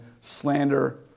slander